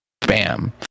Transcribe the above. Bam